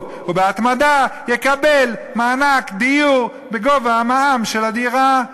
ובהתמדה יקבל מענק דיור בגובה המע"מ של הדירה.